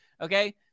Okay